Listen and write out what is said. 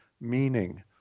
meaning